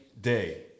day